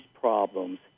problems